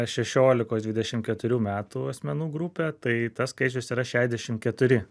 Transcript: šešiolikos dvidešim keturių metų asmenų grupę tai tas skaičius yra šešiasdešim keturi